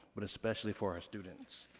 but especially for our students.